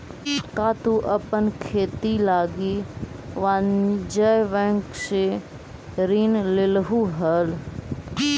का तु अपन खेती लागी वाणिज्य बैंक से ऋण लेलहुं हल?